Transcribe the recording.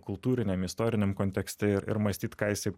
kultūriniam istoriniam kontekste ir mąstyt ką jisai